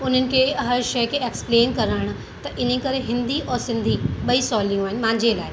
उन्हनि खे हर शइ खे एक्सप्लेन करण त इन करे हिंदी और सिंधी ॿई सहुलियूं आहिनि मुंहिंजे लाइ